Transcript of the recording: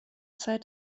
zeit